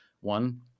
One